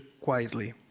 quietly